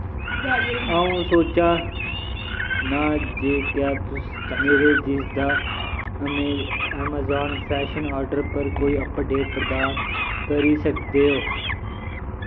अ'ऊं सोचा नां जे क्या तुस मेरे जींस दा अमेजान फैशन आर्डर पर कोई अपडेट प्रदान करी सकदे ओ